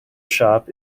shop